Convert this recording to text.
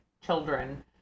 children